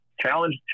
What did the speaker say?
challenge